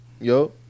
Yo